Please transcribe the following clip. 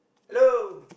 hello